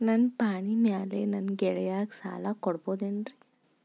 ನನ್ನ ಪಾಣಿಮ್ಯಾಲೆ ನನ್ನ ಗೆಳೆಯಗ ಸಾಲ ಕೊಡಬಹುದೇನ್ರೇ?